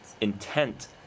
intent